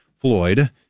Floyd